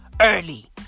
early